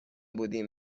بودیم